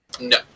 no